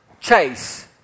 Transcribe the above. chase